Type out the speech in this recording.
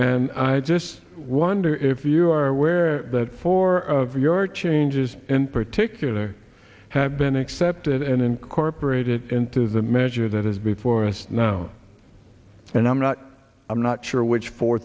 and i just wonder if you are aware that four of your changes in particular have been accepted and incorporated into the measure that is before us now and i'm not i'm not sure which fo